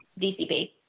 DCP